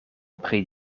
pri